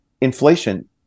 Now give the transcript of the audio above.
inflation